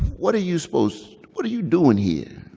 what are you supposed what are you doing here,